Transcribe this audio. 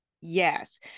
yes